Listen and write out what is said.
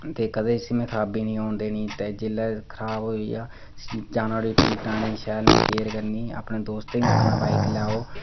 ते कदें में इसी खराबी निं औन देनी ते जेल्लै एह् खराब होई जा जाना उठी में ठीक कराने गी केयर करनी में शैल अपने दोस्तें बी बी आक्खना बाईक लैओ